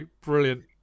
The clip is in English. Brilliant